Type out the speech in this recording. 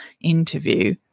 interview